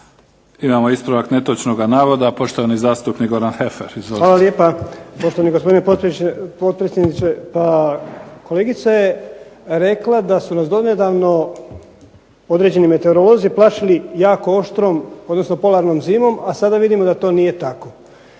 Imamo ispravak netočnog navoda, poštovani zastupnik Goran Heffer. **Heffer, Goran (SDP)** Hvala lijepa poštovani gospodine potpredsjedniče. Pa kolegica je rekla da su nas donedavno određeni meteorolozi plašili jako oštrom odnosno polarnom zimom a sada vidimo da to nije tako.